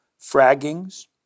fraggings